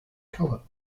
color